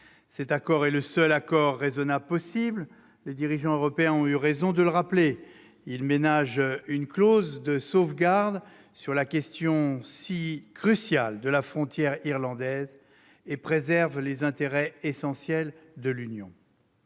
Cet accord est le seul accord raisonnable possible, les dirigeants européens ont eu raison de le rappeler. Il ménage une clause de sauvegarde sur la question si cruciale de la frontière irlandaise, et préserve les intérêts essentiels de l'Union.